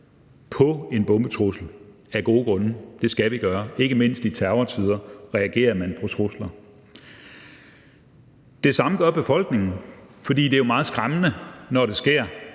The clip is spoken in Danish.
på en bombetrussel. Det skal de gøre. Ikke mindst i terrortider reagerer man på trusler. Det samme gør befolkningen, for det er meget skræmmende, når det sker.